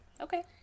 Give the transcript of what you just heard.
Okay